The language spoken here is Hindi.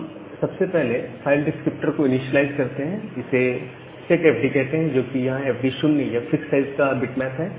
हम सबसे पहले फाइल डिस्क्रिप्टर को इनीशिएलाइज करते हैं इसे सेट एफडी सेट करते हैं जो कि यहां एफडी 0 यह फिक्स साइज का बिटमैप है